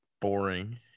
boring